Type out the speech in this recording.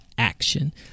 action